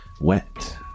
wet